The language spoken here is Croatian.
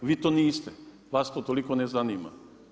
Vi to niste, vas to toliko ne zanima.